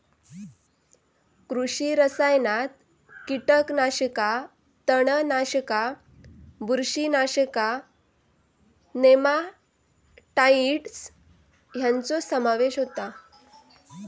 कृषी रसायनात कीटकनाशका, तणनाशका, बुरशीनाशका, नेमाटाइड्स ह्यांचो समावेश होता